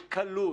בקלות,